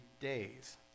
days